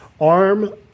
arm